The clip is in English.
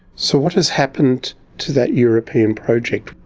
so, what has happened to that european project.